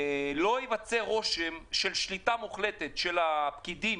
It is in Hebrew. לא ייווצר רושם של שליטה מוחלטת של הפקידים,